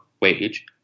wage